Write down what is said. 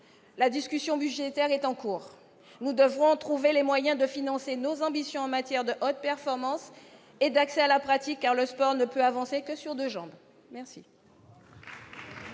la discussion budgétaire est en cours. Nous devrons trouver les moyens de financer nos ambitions en matière de haute performance et d'accès à la pratique, car le sport ne peut avancer que sur deux jambes. La